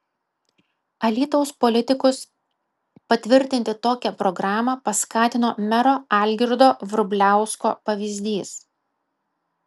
alytaus politikus patvirtinti tokią programą paskatino mero algirdo vrubliausko pavyzdys